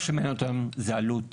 מה שמעניין אותם זה עלות